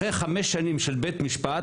אחרי חמש שנים של בית משפט,